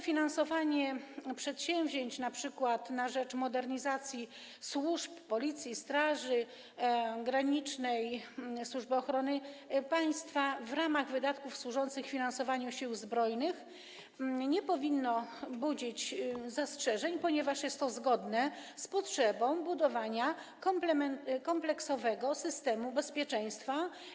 Finansowanie przedsięwzięć np. na rzecz modernizacji służb: Policji, Straży Granicznej, Służby Ochrony Państwa w ramach wydatków służących finansowaniu Sił Zbrojnych także nie powinno budzić zastrzeżeń, ponieważ jest to zgodne z potrzebą budowania kompleksowego systemu bezpieczeństwa.